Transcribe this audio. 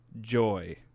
joy